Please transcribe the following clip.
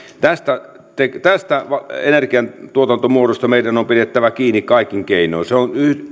tästä energiantuotantomuodosta meidän on pidettävä kiinni kaikin keinoin se on